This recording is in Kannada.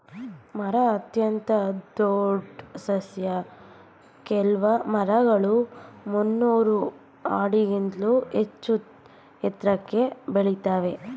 ಮರ ಅತ್ಯಂತ ದೊಡ್ ಸಸ್ಯ ಕೆಲ್ವು ಮರಗಳು ಮುನ್ನೂರ್ ಆಡಿಗಿಂತ್ಲೂ ಹೆಚ್ಚೂ ಎತ್ರಕ್ಕೆ ಬೆಳಿತಾವೇ